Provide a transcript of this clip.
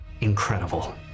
incredible